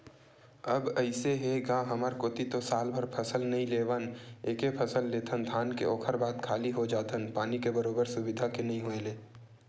अब अइसे हे गा हमर कोती तो सालभर फसल नइ लेवन एके फसल लेथन धान के ओखर बाद खाली हो जाथन पानी के बरोबर सुबिधा के नइ होय ले